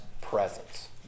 presence